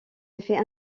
effets